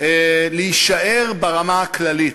להישאר ברמה הכללית,